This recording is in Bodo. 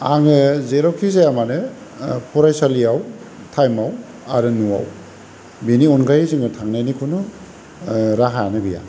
आङो जेरावखि जाया मानो फरायसालियाव थाइमाव आरो न'आव बिनि अनगायै जोङो थांनायनि कुनु राहायानो गैया